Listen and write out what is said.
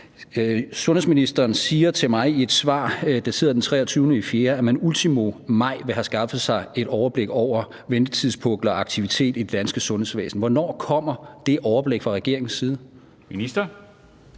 Sundhedsministeren siger til mig i et svar dateret den 23.4., at man ultimo maj vil have skaffet sig et overblik over ventetidspukkel og aktivitet i det danske sundhedsvæsen. Hvornår kommer det overblik fra regeringens side? Kl.